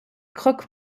croque